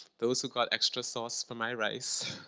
those who got extra sauce for my rice.